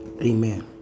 Amen